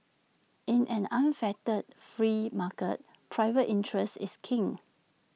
in an unfettered free market travel interest is king